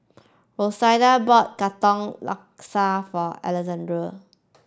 Rashida bought Katong Laksa for Alexandrea